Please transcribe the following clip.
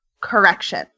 Correction